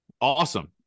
awesome